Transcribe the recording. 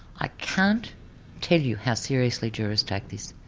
i can't tell you how seriously jurors take this.